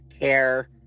care